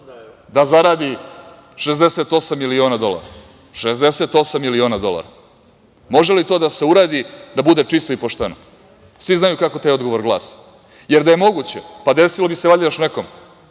Borisa Tadića da zaradi 68 miliona dolara. Može li to da se uradi da bude čisto i pošteno? Svi znaju kako taj odgovor glasi, jer da je moguće pa desilo bi se valjda još nekome.